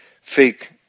fake